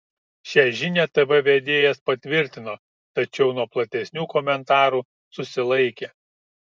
šią žinią tv vedėjas patvirtino tačiau nuo platesnių komentarų susilaikė